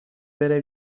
بروی